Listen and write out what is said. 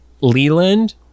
leland